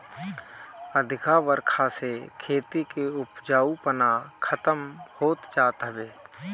अधिका बरखा से खेती के उपजाऊपना खतम होत जात हवे